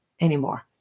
anymore